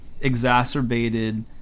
exacerbated